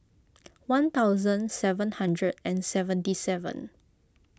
one thousand seven hundred and seventy seven